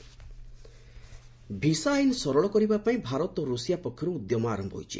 India Russia visa ଆଇନ ସରଳ କରିବା ପାଇଁ ଭାରତ ଓ ରୁଷିଆ ପକ୍ଷରୁ ଉଦ୍ୟମ ଆରମ୍ଭ ହୋଇଛି